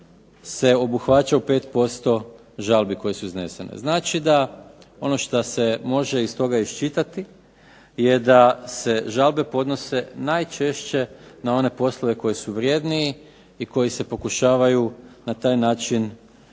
se obuhvaća u 5% žalbi koje su iznesene. Znači da ono šta se može iz toga iščitati je da se žalbe podnose najčešće na one poslove koji su vrjedniji i koji se pokušavaju na taj način